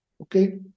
Okay